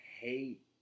hate